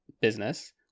business